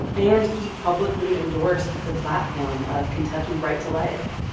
and he publicly endorsed the platform of kentucky right to life.